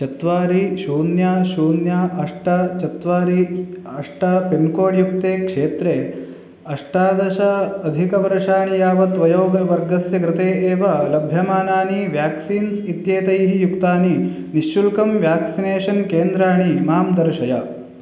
चत्वारि शून्यं शून्यम् अष्ट चत्वारि अष्ट पिन्कोड्युक्ते क्षेत्रे अष्टादश अधिकवर्षाणि यावत् वयोवर्गस्य कृते एव लभ्यमानानि व्याक्सीन्स् इत्येतैः युक्तानि निश्शुल्कं व्याक्सिनेशन् केन्द्राणि मां दर्शय